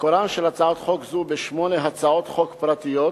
מקורה של הצעת חוק זו בשמונה הצעות חוק פרטיות,